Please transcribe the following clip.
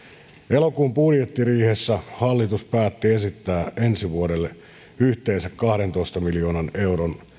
elokuun budjettiriihessä hallitus päätti esittää ensi vuodelle yhteensä kahdentoista miljoonan euron